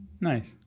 Nice